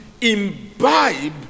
imbibe